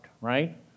right